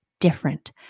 Different